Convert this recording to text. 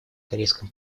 корейском